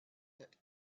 that